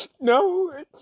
No